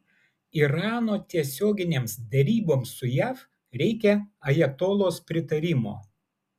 irano tiesioginėms deryboms su jav reikia ajatolos pritarimo